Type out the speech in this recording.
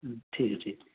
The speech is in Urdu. ہوں ٹھیک ہے ٹھیک